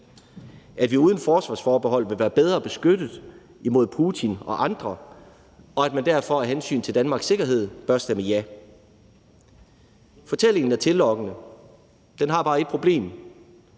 at vi uden forsvarsforbeholdet vil være bedre beskyttet imod Putin og andre, og at man derfor af hensyn til Danmarks sikkerhed bør stemme ja. Fortællingen er tillokkende. Den har bare et problem: